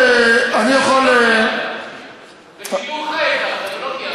בשידור חי הבטחת ולא קיימת.